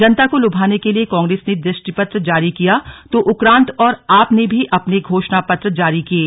जनता को लुभाने के लिए कांग्रेस ने दृष्टि पत्र जारी किया तो उक्रांद और आप ने भी अपने घोषणा पत्र जारी किये